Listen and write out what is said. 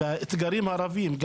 בכל האתגרים הרבים שקורים,